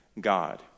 God